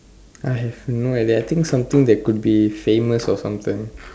I have no idea I think something that could be famous or something